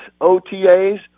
OTAs